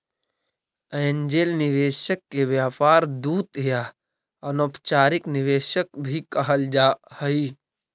angel निवेशक के व्यापार दूत या अनौपचारिक निवेशक भी कहल जा हई